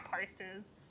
posters